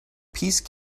peace